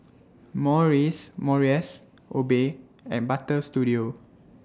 Morries Morris Obey and Butter Studio